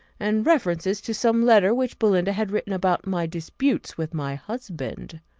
and references to some letter which belinda had written about my disputes with my husband!